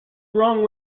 wrong